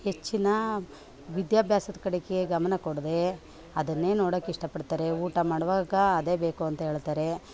ಹೆಚ್ಚಿನ ವಿದ್ಯಾಭ್ಯಾಸದ ಕಡೆಗೆ ಗಮನ ಕೊಡದೇ ಅದನ್ನೇ ನೋಡೋಕೆ ಇಷ್ಟಪಡ್ತಾರೆ ಊಟ ಮಾಡುವಾಗ ಅದೇ ಬೇಕು ಅಂತ ಹೇಳ್ತಾರೆ